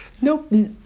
Nope